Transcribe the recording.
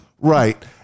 right